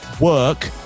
work